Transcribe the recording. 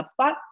HubSpot